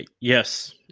yes